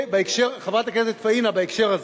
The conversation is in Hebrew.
חברת הכנסת פניה בהקשר הזה,